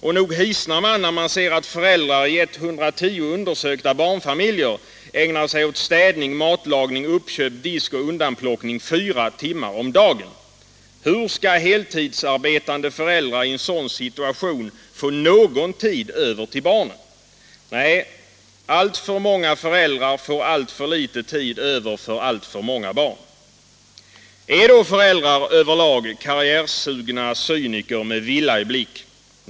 Och nog hisnar man — Nr 133 när man ser att föräldrar i 110 undersökta barnfamiljer ägnar sig åt städ Tisdagen den dagen! Sek getsän snö Hur skall heltidsarbetande föräldrar i en sådan situation få någon tid Föräldraförsäkring Är då föräldrar över lag karriärsugna cyniker med villa i blick?